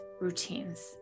routines